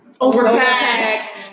Overpack